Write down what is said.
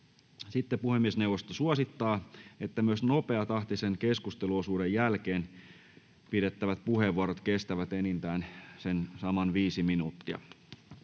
minuuttia. Puhemiesneuvosto suosittaa, että myös nopeatahtisen keskusteluosuuden jälkeen pidettävät puheenvuorot kestävät enintään 5 minuuttia.